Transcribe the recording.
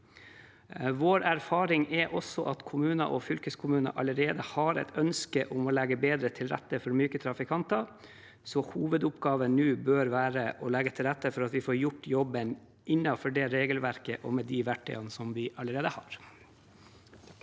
Vår erfaring er også at kommuner og fylkeskommuner allerede har et ønske om å legge bedre til rette for myke trafikanter, så hovedoppgaven nå bør være å legge til rette for at vi får gjort jobben innenfor det regelverket og med de verktøyene vi allerede har.